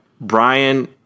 Brian